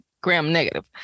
gram-negative